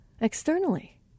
externally